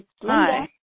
Hi